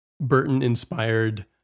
Burton-inspired